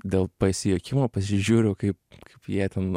dėl pasijuokimo pasižiūriu kai kaip jie ten